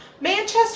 Manchester